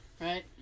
right